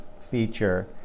feature